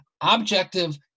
objective